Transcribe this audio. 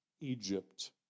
Egypt